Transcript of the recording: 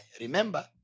remember